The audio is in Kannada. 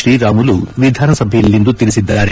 ಶ್ರೀರಾಮುಲು ವಿಧಾನಸಭೆಯಲ್ಲಿಂದು ತಿಳಿಸಿದ್ದಾರೆ